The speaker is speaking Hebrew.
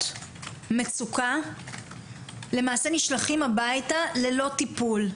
ומצוקה למעשה נשלחים הביתה ללא טיפול.